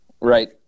right